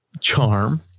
charm